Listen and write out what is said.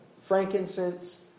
frankincense